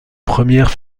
premières